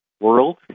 world